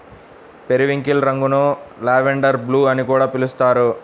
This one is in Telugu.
పెరివింకిల్ రంగును లావెండర్ బ్లూ అని కూడా పిలుస్తారు